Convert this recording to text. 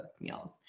meals